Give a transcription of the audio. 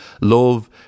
love